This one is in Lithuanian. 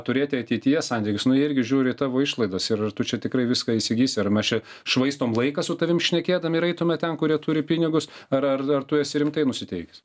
turėti ateityje santykius nu jie irgi žiūri į tavo išlaidas ir ar tu čia tikrai viską įsigysi ar mes čia švaistom laiką su tavimi šnekėdami ir eitume ten kurie turi pinigus ar ar ar tu esi rimtai nusiteikęs